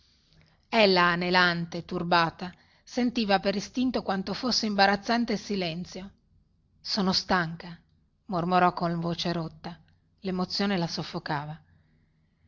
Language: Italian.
parola ella anelante turbata sentiva per istinto quanto fosse imbarazzante il silenzio sono stanca mormorò con voce rotta lemozione la soffocava